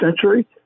century